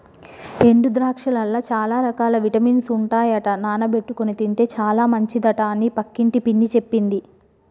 ఎండు ద్రాక్షలల్ల చాల రకాల విటమిన్స్ ఉంటాయట నానబెట్టుకొని తింటే చాల మంచిదట అని పక్కింటి పిన్ని చెప్పింది